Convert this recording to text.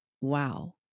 wow